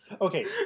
Okay